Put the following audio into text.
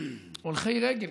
הולכי רגל.